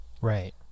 right